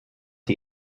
die